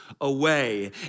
away